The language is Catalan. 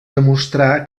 demostrar